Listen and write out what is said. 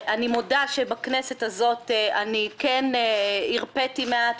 אני מודה שבכנסת הזאת אני כן הרפיתי מעט,